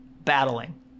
battling